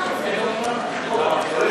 אני,